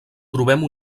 trobem